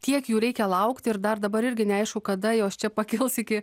tiek jų reikia laukti ir dar dabar irgi neaišku kada jos čia pakils iki